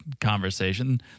conversation